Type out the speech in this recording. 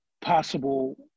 possible